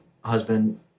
husband